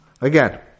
Again